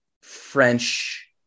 French